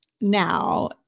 now